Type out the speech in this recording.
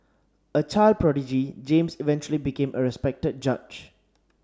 a child prodigy James eventually became a respected judge